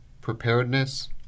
preparedness